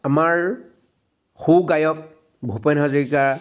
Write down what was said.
আমাৰ সু গায়ক ভূপেন হাজৰিকা